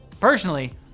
Personally